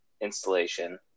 installation